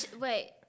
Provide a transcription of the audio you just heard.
Wait